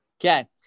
Okay